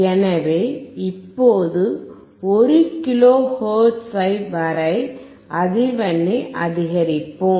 எனவே இப்போது 1 kilo hertz வரை அதிர்வெண்ணை அதிகரிப்போம்